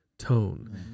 Tone